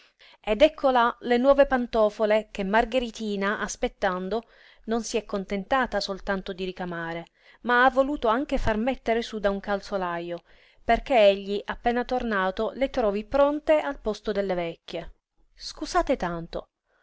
ed ecco là le nuove pantofole che margheritina aspettando non si è contentata soltanto di ricamare ma ha voluto anche far mettere sú da un calzolajo perché egli appena tornato le trovi pronte al posto delle vecchie scusate tanto